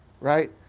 right